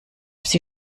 sie